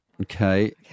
Okay